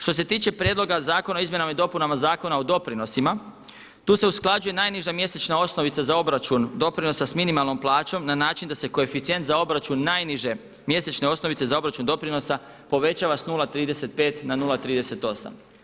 Što se tiče Prijedloga zakona o izmjenama i dopunama Zakona o doprinosima tu se usklađuje najniža mjesečna osnovica za obračun doprinosa s minimalnom plaćom na način da se koeficijent za obračun najniže mjesečne osnovice za obračun doprinosa povećava sa 0,35 na 0,38.